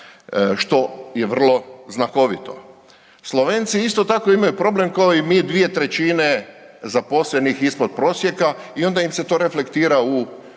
što je vrlo znakovito. Slovenci, isto tako, imaju problem kao i mi, 2/3 zaposlenih ispod prosjeka i onda im se to reflektira u mirovinama